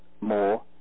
more